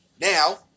Now